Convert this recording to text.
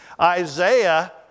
Isaiah